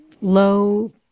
low